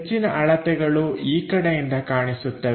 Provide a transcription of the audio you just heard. ಹೆಚ್ಚಿನ ಅಳತೆಗಳು ಈ ಕಡೆಯಿಂದ ಕಾಣಿಸುತ್ತವೆ